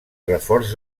reforç